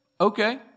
Okay